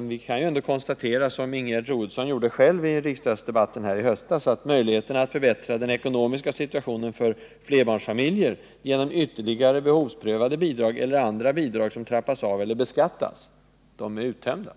Vi kan ändå konstatera, som Ingegerd Troedsson gjorde i en riksdagsdebatt i höstas, att möjligheterna att förbättra den ekonomiska situationen för flerbarnsfamiljer, genom ytterligare behovsprövade bidrag eller andra bidrag som trappas av eller beskattas, är uttömda.